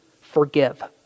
forgive